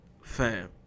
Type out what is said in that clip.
Fam